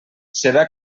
serà